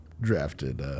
drafted